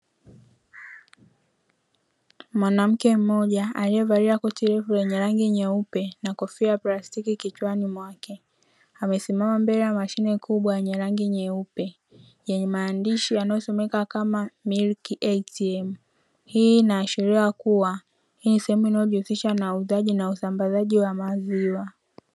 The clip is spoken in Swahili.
Mwanamke mmoja aliyevalia kotii refu la rangi nyeupe na kofia ya plastiki kichwani mwake, amesimama mbele ya mashine kubwa yenye rangi nyeupe, yenye maandishi yanayosomeka kama "MILK ATM". Hii inaashiria kuwa hii ni sehemu inayojihusisha na uuzaji na usambazaji wa maziwa.